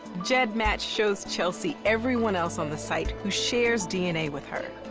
gedmatch shows chelsea everyone else on the site who shares dna with her.